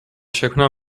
შექმნა